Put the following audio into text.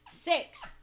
Six